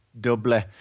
Double